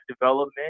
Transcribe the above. development